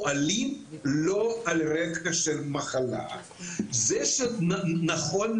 אבל אני אשמח גם להתייחס לפני למה שנאמר